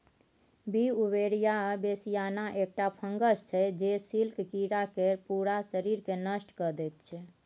Beauveria bassiana एकटा fungus छै जे सिल्क कीरा केर पुरा शरीरकेँ नष्ट कए दैत छै